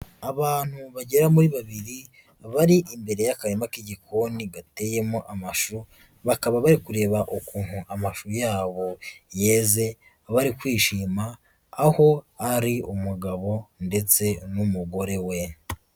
Abantu bagera muri babiri bari imbere y'akarima k'igikoni gateyemo amashu, bakaba bari kureba ukuntu amashu yabo yeze bari kwishima, aho ari umugabo ndetse n'umugore we.